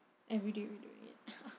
everyday we're doing it